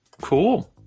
Cool